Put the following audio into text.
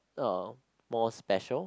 uh more special